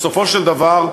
סופו של דבר,